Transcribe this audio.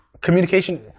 communication